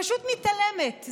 פשוט מתעלמת.